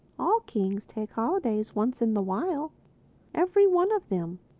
all kings take holidays once in the while every one of them.